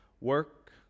work